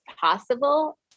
possible